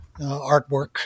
artwork